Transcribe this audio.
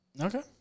Okay